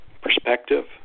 perspective